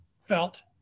felt